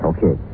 Okay